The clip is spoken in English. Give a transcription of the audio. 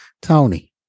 Tony